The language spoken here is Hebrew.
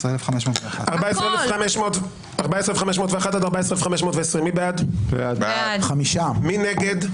14,501 עד 14,520, מי בעד, מי נגד,